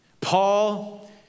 Paul